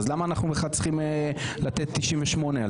למה אנחנו צריכים בכלל לתת 98 על זה?